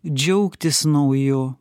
džiaugtis nauju